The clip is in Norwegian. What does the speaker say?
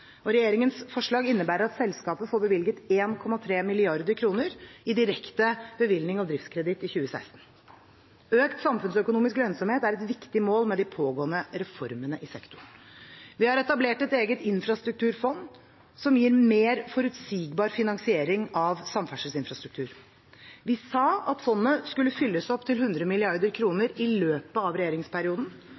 Regjeringens forslag innebærer at selskapet får bevilget 1,3 mrd. kr i direkte bevilgning og driftskreditt i 2016. Økt samfunnsøkonomisk lønnsomhet er et viktig mål med de pågående reformene i sektoren. Vi har etablert et eget infrastrukturfond som gir mer forutsigbar finansiering av samferdselsinfrastruktur. Vi sa at fondet skulle fylles opp til 100 mrd. kr i løpet av regjeringsperioden.